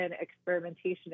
experimentation